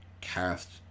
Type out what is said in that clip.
Cast